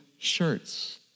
Shirts